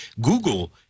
Google